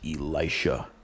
Elisha